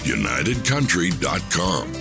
unitedcountry.com